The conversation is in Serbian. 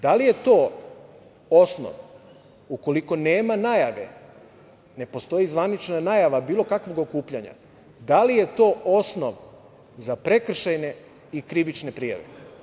Da li je to osnov, ukoliko nema najave, ne postoji zvanična najava bilo kakvog okupljanja, da li je to osnov za prekršajne i krivične prijave?